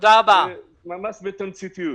זה ממש בתמציתיות.